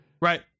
Right